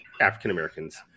African-Americans